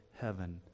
heaven